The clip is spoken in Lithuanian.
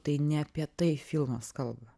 tai ne apie tai filmas kalba